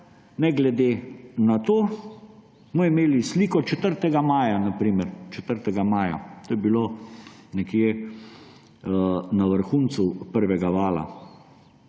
ne glede na to smo imeli sliko 4. maja, na primer, to je bilo nekje na vrhuncu prvega vala: